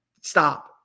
stop